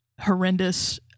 horrendous